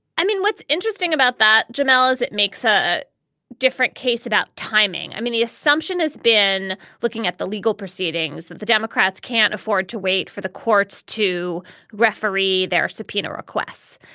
i mean, what's interesting about that, jamal, is it makes a different case about timing i mean, the assumption has been looking at the legal proceedings that the democrats can't afford to wait for the courts. to referee their subpoena requests.